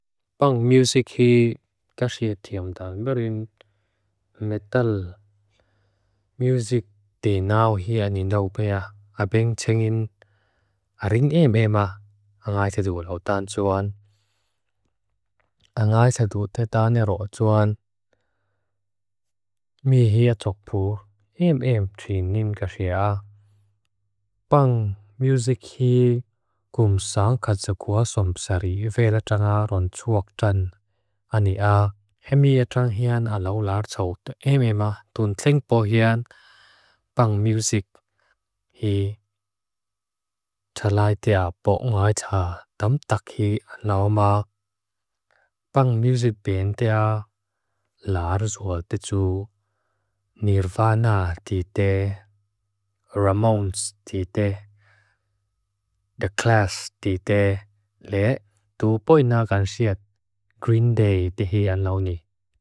Pang muzik hi kaxia tiamdang barint metel. Muzik tinau hia ninaupea abeng tsengin arin emema angaysadu lautan tsuan. Angaysadu tetane ro'o tsuan mi hia tsokpu emem tsin nin kaxia. Pang muzik hi kum saang katsakua somsari vela tsanga ro'n tsuwak tsan. Ani'a hemia tsang hian alau lar tsaw te emema tun tlingpo hian. Pang muzik hi tlai tia bok ngoay tsa tam tak hi nauma. Pang muzik ben tia lar zua tetu nirvana tite. Ramones tite. The class tite. Le, tu boina kansiat. Green day tihian lau ni.